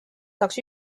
saaks